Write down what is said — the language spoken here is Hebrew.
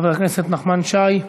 חבר הכנסת נחמן שי,